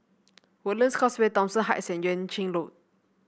Woodlands Causeway Thomson Heights and Yuan Ching Road